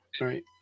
right